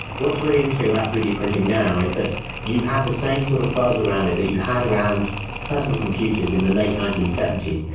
what's really interesting about three d printing now is that you have the same sort of buzz around it that you had around personal computers in the late nineteen seventy s.